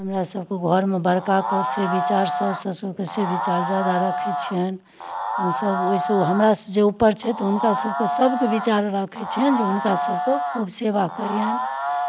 हमरा सबके घरमे बड़का कऽ से विचार साउस ससुर कऽ से विचार जादा रखैत छिअनि हमसब ओहिसँ हमरा से जे ऊपर छथि हुनका सबकऽ सबकऽ विचार रखैत छिअनि जे हुनका सबकऽ खूब सेवा करिअनि